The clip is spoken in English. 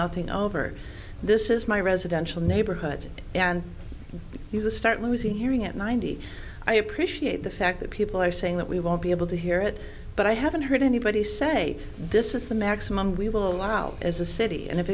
nothing over this is my residential neighborhood and you will start losing hearing at ninety i appreciate the fact that people are saying that we won't be able to hear it but i haven't heard anybody say this is the maximum we will allow as a city and if